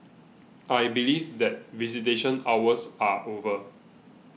I believe that visitation hours are over